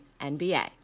NBA